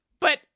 but-